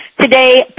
Today